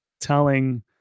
telling